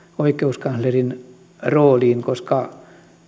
oikeuskanslerin rooliin koska